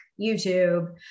YouTube